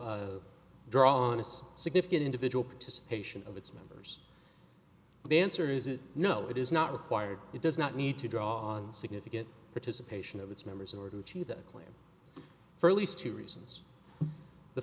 draw on a significant individual participation of its members the answer is it no it is not required it does not need to draw on significant participation of its members or due to that claim for at least two reasons the